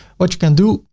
what you can do,